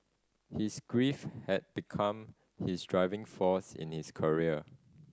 his grief had become his driving force in his career